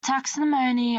taxonomy